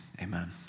amen